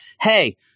Hey